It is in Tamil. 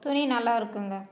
துணி நல்லா இருக்குங்க